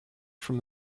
from